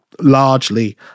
largely